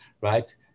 right